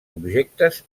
objectes